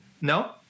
No